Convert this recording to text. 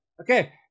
Okay